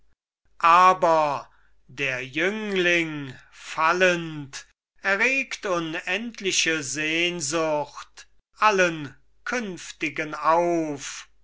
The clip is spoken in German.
aber der jüngling fallend erregt unendliche sehnsucht allen künftigen auf